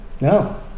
No